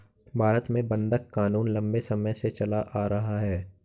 भारत में बंधक क़ानून लम्बे समय से चला आ रहा है